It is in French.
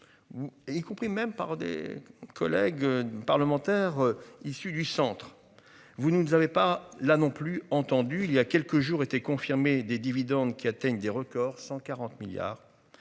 y compris même par des collègues parlementaires issus du centre. Vous ne nous avez pas là non plus entendu il y a quelques jours était confirmé des dividendes qui atteignent des records, 140 milliards.